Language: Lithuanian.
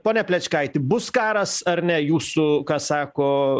pone plečkaiti bus karas ar ne jūsų ką sako